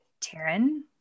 Taryn